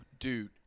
Dude